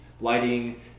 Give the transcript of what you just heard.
Lighting